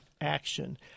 action